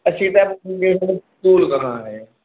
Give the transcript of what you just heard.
कहाँ है